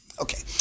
Okay